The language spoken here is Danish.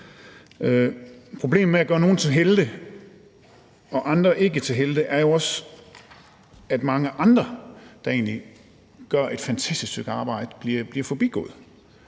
Problemet med at gøre nogle til helte og andre ikke til helte er jo også, at mange andre, der egentlig gør et fantastisk stykke arbejde, bliver forbigået